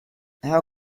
how